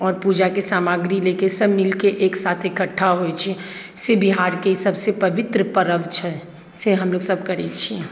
आओर पूजाके सामग्री लऽ कऽ सभ मिल कऽ एक साथ इकठ्ठा होइत छियै से बिहारके सभसँ पवित्र पर्व छै से हमलोग सभ करैत छियै